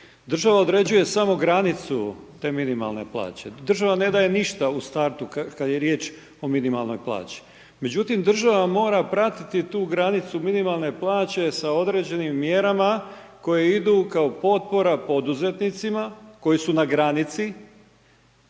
Država određuje samo granicu te minimalne plaće, država ne daje ništa u startu kada je riječ o minimalnoj plaći. Međutim, država mora pratiti tu granicu minimalne plaće sa određenim mjerama koje idu kao potpora poduzetnicima koji su na granici